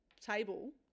table